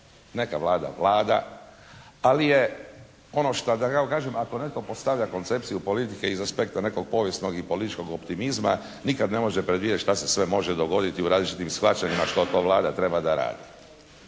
Neka Vlada vlada. Ali je ono što je da tako kažem, ako netko postavlja koncepciju politike iza spektra nekog povijesnog i političkog optimizma nikad ne može predvidjet šta se sve može dogoditi u različitim shvaćanjima što to Vlada treba da radi?